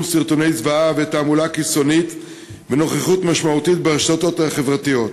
סרטוני זוועה ותעמולה קיצונית ובנוכחות משמעותית ברשתות החברתיות.